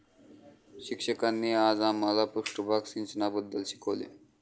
शिक्षकांनी आज आम्हाला पृष्ठभाग सिंचनाबद्दल शिकवले